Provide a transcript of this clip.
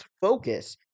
focus